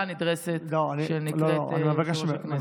האסקופה הנדרסת שנקראת יושב-ראש הכנסת.